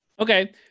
Okay